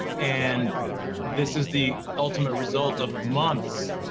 and this is the ultimate result of months.